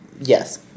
Yes